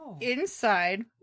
inside